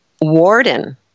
warden